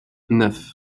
neuf